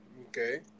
Okay